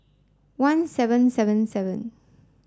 one seven seven seven